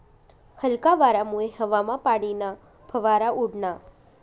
हलका वारामुये हवामा पाणीना फवारा उडना